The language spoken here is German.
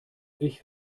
ich